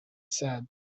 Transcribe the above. said